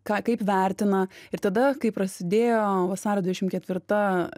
ką kaip vertina ir tada kai prasidėjo vasario dvidešimt ketvirta